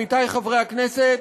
עמיתי חברי הכנסת,